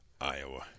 Iowa